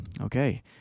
Okay